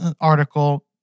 article